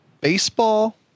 Baseball